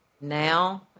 Now